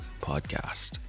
Podcast